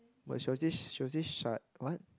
but she was this s~ she was this shy what